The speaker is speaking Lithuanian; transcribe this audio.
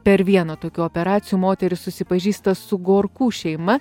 per vieną tokių operacijų moterys susipažįsta su gorku šeima